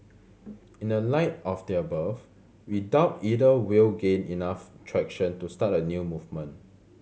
in the light of the above we doubt either will gain enough traction to start a new movement